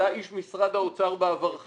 אתה איש משרד האוצר בעברך,